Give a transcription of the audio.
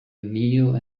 kneel